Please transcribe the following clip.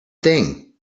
thing